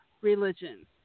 religion